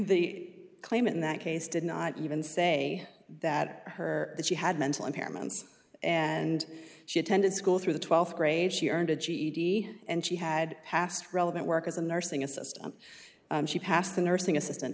they claim in that case did not even say that her that she had mental impairment and she attended school through the twelfth grade she earned a ged and she had passed relevant work as a nursing assistant she passed a nursing assistant